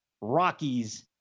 Rockies